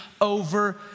over